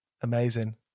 amazing